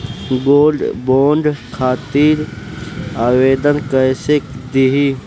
Gold bond खातिर आवेदन कैसे दिही?